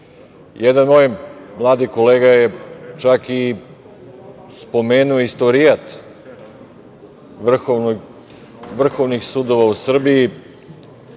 suda. Jedan moj mladi kolega je čak i spomenuo istorijat vrhovnih sudova u Srbiji,